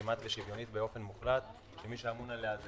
כמעט שוויונית באופן מוחלט שמי שאמון עליה זה